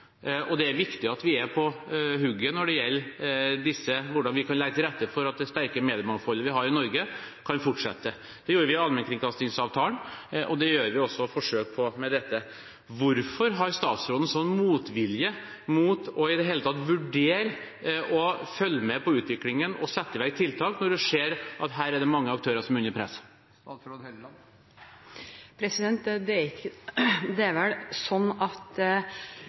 og det er viktig at vi er på hugget når det gjelder hvordan vi kan legge til rette for at det sterke mediemangfoldet vi har i Norge, kan fortsette. Det gjorde vi i allmennkringkastingsavtalen, og det gjør vi også forsøk på med dette. Hvorfor har statsråden sånn motvilje mot i det hele tatt å vurdere å følge med på utviklingen og sette i verk tiltak, når hun ser at her er det mange aktører som er under press? Om lokalavisene skal leve eller dø – jeg tror ikke det står om noen måneder. Jeg er